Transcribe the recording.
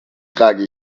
trage